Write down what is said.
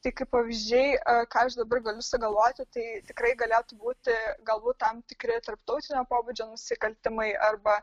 tai kaip pavyzdžiai ką aš dabar galiu sugalvoti tai tikrai galėtų būti galbūt tam tikri tarptautinio pobūdžio nusikaltimai arba